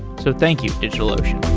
so, thank you, digitalocean.